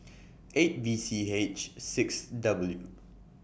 eight V C H six W